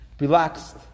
relaxed